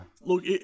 Look